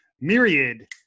myriad